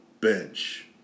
bench